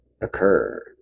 occur